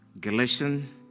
Galatians